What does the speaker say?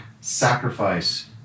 sacrifice